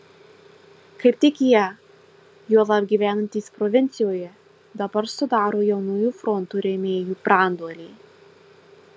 kaip tik jie juolab gyvenantys provincijoje dabar sudaro jaunųjų fronto rėmėjų branduolį